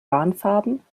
warnfarben